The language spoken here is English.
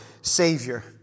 savior